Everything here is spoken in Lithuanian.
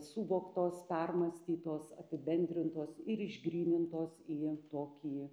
suvoktos permąstytos apibendrintos ir išgrynintos į tokį